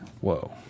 whoa